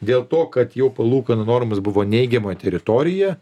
dėl to kad jau palūkanų normos buvo neigiamoje teritorijoje